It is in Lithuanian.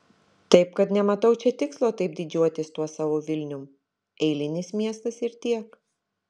taip kad nematau čia tikslo taip didžiuotis tuo savo vilnium eilinis miestas ir tiek